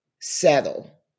settle